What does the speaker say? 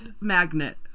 magnet